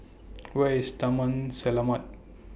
Where IS Taman Selamat